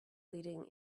leading